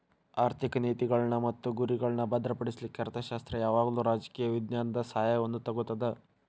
ಆರ್ಥಿಕ ನೇತಿಗಳ್ನ್ ಮತ್ತು ಗುರಿಗಳ್ನಾ ಭದ್ರಪಡಿಸ್ಲಿಕ್ಕೆ ಅರ್ಥಶಾಸ್ತ್ರ ಯಾವಾಗಲೂ ರಾಜಕೇಯ ವಿಜ್ಞಾನದ ಸಹಾಯವನ್ನು ತಗೊತದ